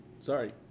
Sorry